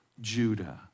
Judah